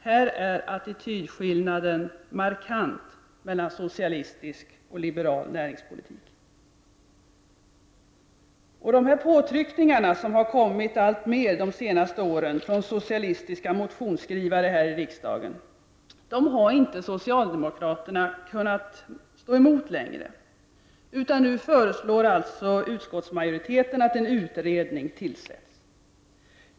Här är attitydsskillnaden mellan socialistisk och liberal näringspolitik markant. Dessa påtryckningar, som kommit allt mer de senaste åren från socialistiska motionsskrivare här i riksdagen, har socialdemokraterna i utskottet inte kunnat stå emot längre, utan nu föreslår utskottsmajoriteten att en utredning skall tillsättas.